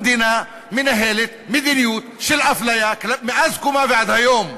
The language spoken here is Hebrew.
המדינה מנהלת מדיניות של אפליה מאז קומה ועד היום.